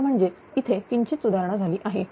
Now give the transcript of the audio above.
तर म्हणजे इथे किंचित सुधारणा झाली आहे